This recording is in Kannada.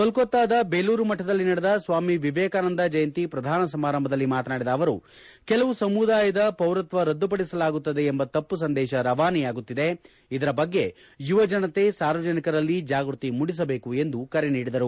ಕೊಳ್ಳತಾದ ದೇಲೂರು ಮಠದಲ್ಲಿ ನಡೆದ ಸ್ವಾಮಿ ವಿವೇಕಾನಂದ ಜಯಂತಿ ಪ್ರಧಾನ ಸಮಾರಂಭದಲ್ಲಿ ಮಾತನಾಡಿದ ಅವರು ಕೆಲವು ಸಮುದಾಯದ ಪೌರತ್ವ ರದ್ದುಪಡಿಸಲಾಗುತ್ತದೆ ಎಂಬ ತಪ್ಪು ಸಂದೇಶ ರವಾನೆಯಾಗುತ್ತಿದೆ ಇದರ ಬಗ್ಗೆ ಯುವಜನತೆ ಸಾರ್ವಜನಿಕರಲ್ಲಿ ಜಾಗೃತಿ ಮೂಡಿಸಬೇಕು ಎಂದು ಕರೆ ನೀಡಿದರು